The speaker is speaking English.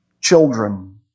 children